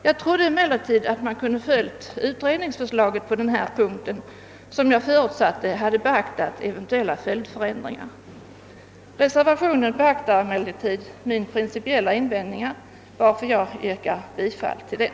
Jag trodde emellertid att man skulle ha kunnat följa utredningsförslaget på denna punkt, eftersom jag förutsatte att utredningen hade beaktat eventuella följdändringar. Reservationen tillgodoser emellertid mina principiella invändningar, varför jag yrkar bifall till den.